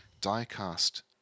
die-cast